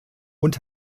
und